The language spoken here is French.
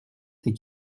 ces